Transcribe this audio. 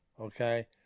okay